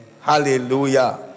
Hallelujah